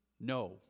No